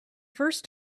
first